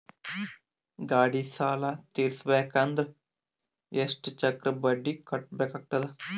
ಗಾಡಿ ಸಾಲ ತಿರಸಬೇಕಂದರ ಎಷ್ಟ ಚಕ್ರ ಬಡ್ಡಿ ಕಟ್ಟಬೇಕಾಗತದ?